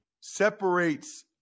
separates